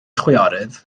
chwiorydd